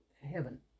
heaven